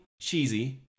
cheesy